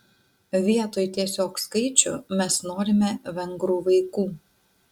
vietoj tiesiog skaičių mes norime vengrų vaikų